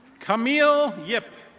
camile yip.